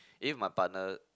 if my partner